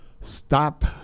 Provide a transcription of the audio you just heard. stop